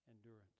endurance